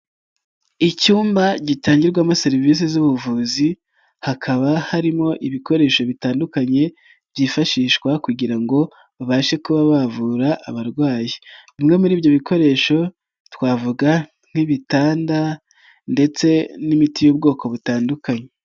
Icyumba gitangirwamo serivisi z'ubuvuzi, hakaba harimo ibikoresho bitandukanye byifashishwa kugira ngo baba babashe kuba bavura abarwayi, bimwe muri ibyo bikoresho twavuga nk'ibitanda ndetse n'imiti y'ubwoko butandukanye.